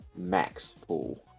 MAXPOOL